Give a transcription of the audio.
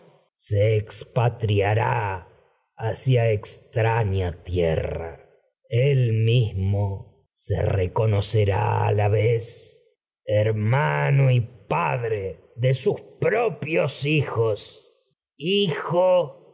camino expatriará hacia extraña tierra el mismo a se reconocerá la vez hermano y padre de sus propios tragedias de sófocles hijos rido y hijo